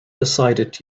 decided